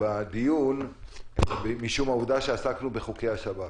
בדיון משום העובדה שעסקנו בחוקי השב"כ.